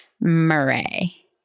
Murray